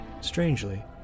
Strangely